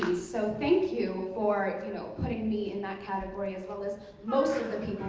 so thank you for you know putting me in that category as well as most of the